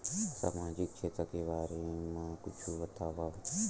सामजिक क्षेत्र के बारे मा कुछु बतावव?